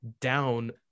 down